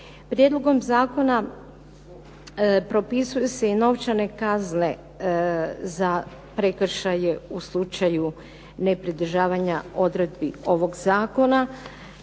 Prijedlogom zakona propisuju se i novčane kazne za prekršaje u slučaju nepridržavanja odredbi ovog zakona